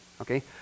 okay